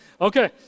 okay